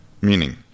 Meaning